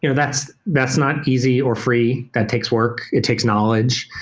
you know that's that's not easy or free. that takes work. it takes knowledge,